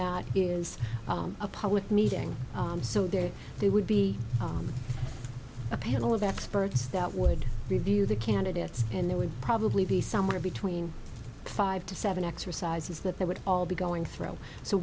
that is a public meeting so there they would be a panel of experts that would review the candidates and there would probably be somewhere between five to seven exercises that they would all be going through